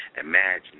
Imagine